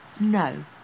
no